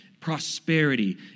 prosperity